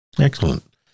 Excellent